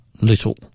little